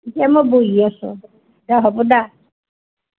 ইতা মই বহি আছোঁ দা হ'ব দা